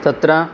तत्र